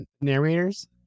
narrators